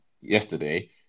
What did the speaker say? yesterday